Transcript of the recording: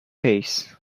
pace